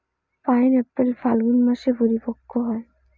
pineapple Falgun মাসে পরিপক্ব হয়